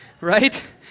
Right